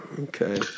Okay